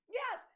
yes